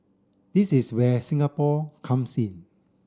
this is where Singapore comes in